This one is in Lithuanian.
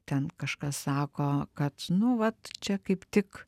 ten kažkas sako kad nu vat čia kaip tik